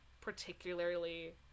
particularly